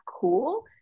cool